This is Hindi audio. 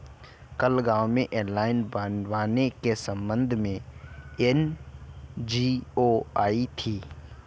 कल गांव में एनालॉग वानिकी के संबंध में एन.जी.ओ आई थी